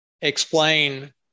explain